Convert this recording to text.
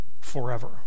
forever